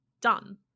done